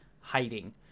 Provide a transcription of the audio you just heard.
hiding